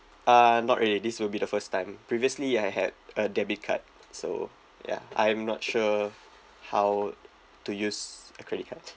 uh not really this will be the first time previously I had a debit card so ya I'm not sure how to use a credit card